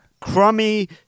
crummy